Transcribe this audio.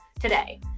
today